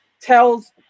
tells